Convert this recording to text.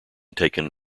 taken